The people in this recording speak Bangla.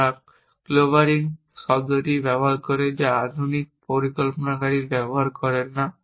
তারা ক্লোবারিং শব্দটি ব্যবহার করে যা আধুনিক পরিকল্পনাকারীরা ব্যবহার করে না